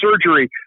surgery